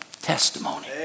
testimony